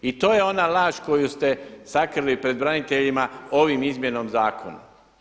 I to je ona laž koju ste sakrili pred braniteljima ovom izmjenom zakona.